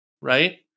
right